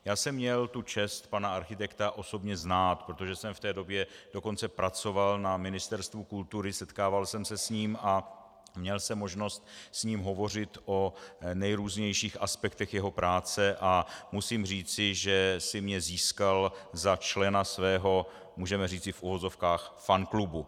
Já jsem měl tu čest pana architekta osobně znát, protože jsem v té době dokonce pracoval na Ministerstvu kultury, setkával jsem se s ním a měl jsem možnost s ním hovořit o nejrůznějších aspektech jeho práce a musím říci, že si mě získal za člena svého, můžeme říci v uvozovkách, fanklubu.